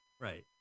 Right